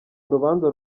urubanza